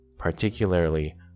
particularly